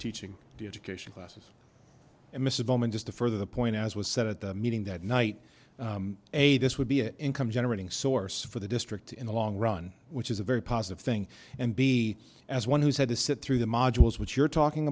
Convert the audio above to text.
teaching the education classes and mr bowman just to further the point as was said at the meeting that night a this would be a income generating source for the district in the long run which is a very positive thing and b as one who's had to sit through the modules what you're talking